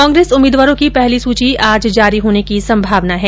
कांग्रेस उम्मीदवारों की पहली सूची आज जारी होने की संभावना है